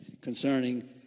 concerning